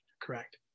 Correct